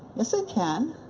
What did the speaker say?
yes i can.